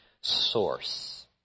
source